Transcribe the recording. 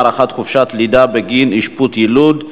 הארכת חופשת לידה בגין אשפוז יילוד),